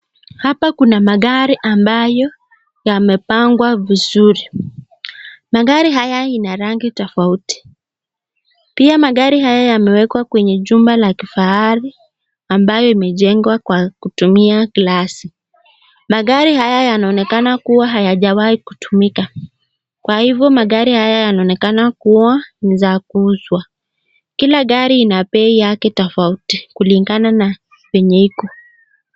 Hapa kuna magari ambayo yamepangwa vizuri ,magari haya ina rangi tofauti. Pia magari haya yamewekwa kwenye jumba la kifahari ambayo imejengwa kwa kutumia glasi .Magari haya yanaonekana kuwa hayajawahi kutumika, kwa hivo magari haya yanaonekana kuwa ni ya kuuzwa .Kila gari ina bei yake tofauti kulingana na venye iko.